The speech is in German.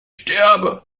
sterbe